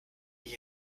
wie